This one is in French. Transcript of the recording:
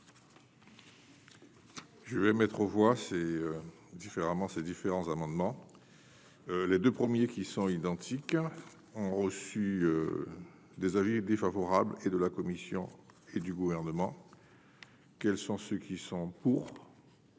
différemment ces différents amendements, les 2 premiers qui sont identiques ont reçu des avis défavorables et de la Commission et du gouvernement. Quels sont ceux qui sont pour.